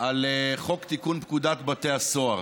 על חוק תיקון פקודת בתי הסוהר,